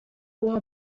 wore